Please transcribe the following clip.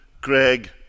Greg